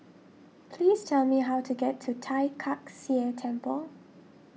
please tell me how to get to Tai Kak Seah Temple